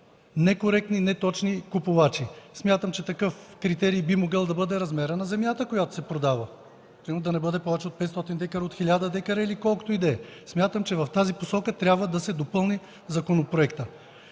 некоректни, неточни купувачи. Смятам, че такъв критерий би могъл да бъде размерът на земята, която се продава, примерно да не бъде повече от 500 дка, от 1000 дка или колкото и да е. Смятам, че законопроектът трябва да се допълни в тази посока.